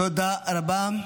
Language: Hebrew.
תודה רבה.